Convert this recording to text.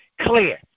clear